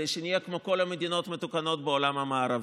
כדי שנהיה כמו כל המדינות המתוקנות בעולם המערבי.